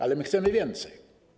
Ale my chcemy więcej.